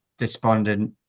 Despondent